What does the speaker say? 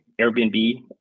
Airbnb